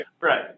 Right